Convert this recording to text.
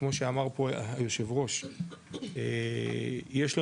כמו שאמר פה היושב ראש, יש לנו,